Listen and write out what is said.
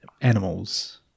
animals